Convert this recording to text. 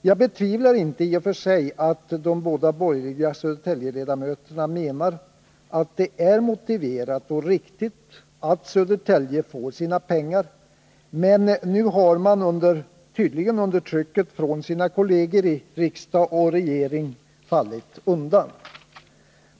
Jag betvivlar inte i och för sig att de båda borgerliga Södertäljeledamöterna menar att det är motiverat och riktigt att Södertälje får sina pengar, men nu har de, tydligen under trycket från sina kolleger i riksdag och regering, fallit undan.